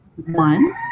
One